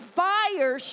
fire